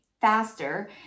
faster